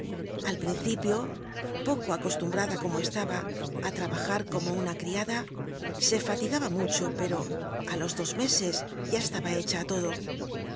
al principio poco aco tumbrada como estaba á trabajar como una criada e fati aba mucho pero á los dos meses ya estaba hecha á todo